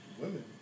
Women